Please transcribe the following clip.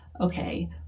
okay